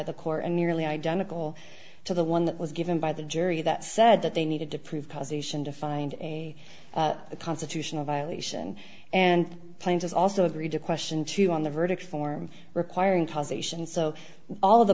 the court and nearly identical to the one that was given by the jury that said that they needed to prove causation to find a constitutional violation and planes also agreed to question to on the verdict form requiring causation so all of the